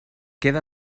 queda